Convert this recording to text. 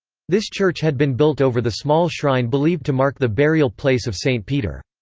this church had been built over the small shrine believed to mark the burial place of st. peter.